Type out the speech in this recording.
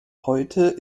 heute